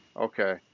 Okay